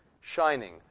shining